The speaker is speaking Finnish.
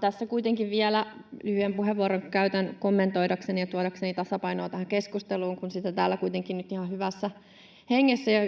tässä kuitenkin vielä lyhyen puheenvuoron käytän kommentoidakseni ja tuodakseni tasapainoa tähän keskusteluun, kun sitä täällä kuitenkin nyt ihan hyvässä hengessä ja